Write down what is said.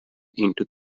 into